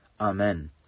Amen